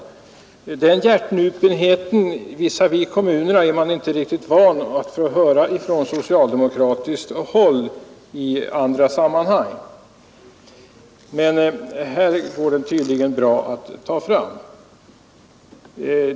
Den hjärtnupenheten visavi kommunerna är vi inte vana att höra från socialdemokratiskt håll i andra sammanhang, men här går den tydligen bra att ta fram.